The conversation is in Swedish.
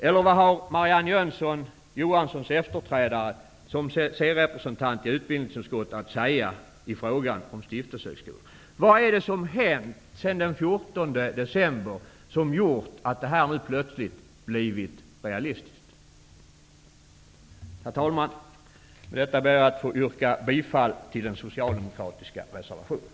Eller vad har Marianne Jönsson, Johanssons efterträdare som c-representant i utbildningsutskottet, att säga i frågan om stiftelsehögskolor? Vad är det som har hänt sedan den 14 december som har gjort att erbjudandet plötsligt har blivit realistiskt? Herr talman! Jag ber att få yrka bifall den socialdemokratiska reservationen.